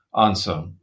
answer